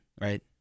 right